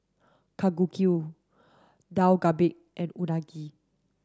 Kalguksu Dak Galbi and Unagi